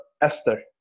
Esther